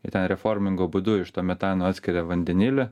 jie ten reformingo būdu iš to metano atskiria vandenilį